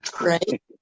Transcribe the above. Right